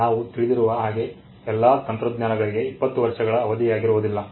ನಾವು ತಿಳಿದಿರುವ ಹಾಗೆ ಎಲ್ಲಾ ತಂತ್ರಜ್ಞಾನಗಳಿಗೆ 20 ವರ್ಷಗಳ ಅವಧಿಯಾಗಿರುವುದಿಲ್ಲ